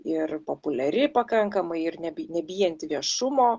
ir populiari pakankamai ir neb nebijanti viešumo